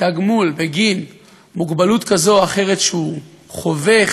תגמול בגין מוגבלות כזאת או אחרת שהוא חווה,